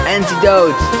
Antidote